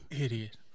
idiot